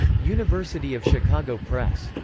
university of chicago press.